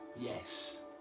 Yes